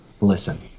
listen